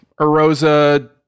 Erosa